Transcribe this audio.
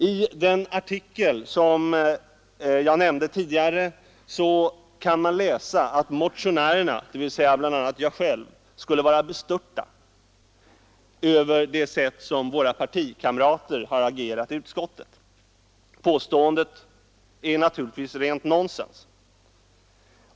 I den artikel som jag tidigare nämnde kan man läsa att motionärerna — dvs. bl.a. jag själv — skulle vara bestörta över det sätt på vilket våra partikamrater har agerat i utskottet. Det är naturligtvis rent nonsens.